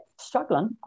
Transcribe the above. struggling